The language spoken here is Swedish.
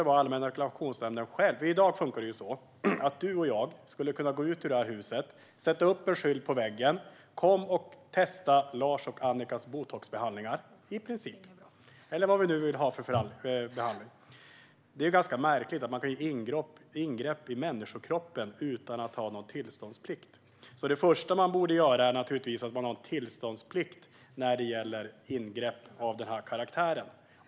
I dag funkar det så att du och jag i princip skulle kunna gå ut ur detta hus och sätta upp en skylt på väggen där det står: "Kom och testa Lars och Annikas botoxbehandlingar! ", eller vad vi nu vill ge för behandling. Det är ganska märkligt att man kan göra ingrepp i människokroppen utan att ha någon tillståndsplikt. Det första som borde göras är naturligtvis att se till att det finns en tillståndsplikt när det gäller ingrepp av denna karaktär.